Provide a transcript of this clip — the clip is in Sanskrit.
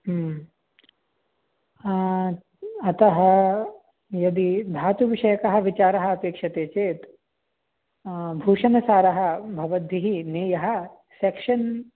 हूं हा अतः यदि धातुविषयकः विचारः अपेक्षते चेत् भूषणसारः भवद्धिः नेयः सेक्शन्